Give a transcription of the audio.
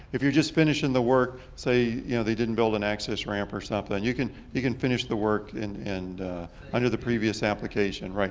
if you're just finishing the work, say you know they didn't build an access ramp or something, you can you can finish the work and and under the previous application.